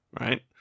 right